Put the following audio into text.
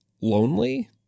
lonely